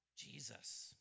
Jesus